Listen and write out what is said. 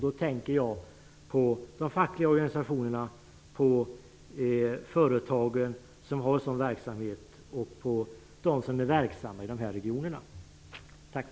Då tänker jag på de fackliga organisationerna, på företagen som har sådan verksamhet och på dem som är verksamma i de här regionerna. Tack!